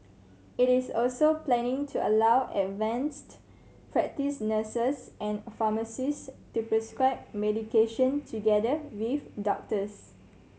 it is also planning to allow advanced practice nurses and pharmacist to prescribe medication together with doctors